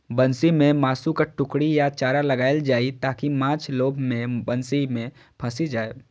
बंसी मे मासुक टुकड़ी या चारा लगाएल जाइ, ताकि माछ लोभ मे बंसी मे फंसि जाए